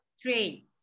Train